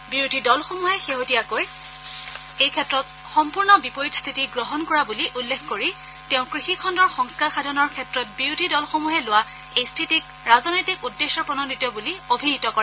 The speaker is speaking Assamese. বিৰোধী দলসমূহে শেহতীয়াকৈ এইক্ষেত্ৰত সম্পূৰ্ণ বিপৰীত স্থিতি গ্ৰহণ কৰা বুলি উল্লেখ কৰি তেওঁ কৃষি খণ্ডৰ সংস্কাৰ সাধনৰ ক্ষেত্ৰত বিৰোধী দলসমূহে লোৱা এই স্থিতিক ৰাজনৈতিক উদ্দেশ্যপ্ৰণোদিত বুলি অভিহিত কৰে